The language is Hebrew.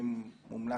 חקיקתיים מומלצים,